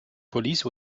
police